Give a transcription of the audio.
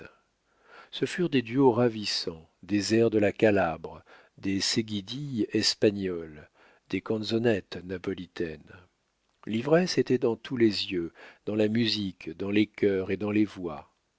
ce furent des duos ravissants des airs de la calabre des seguidilles espagnoles des canzonettes napolitaines l'ivresse était dans tous les yeux dans la musique dans les cœurs et dans les voix